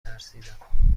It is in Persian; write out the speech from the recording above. ترسیدم